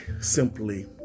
simply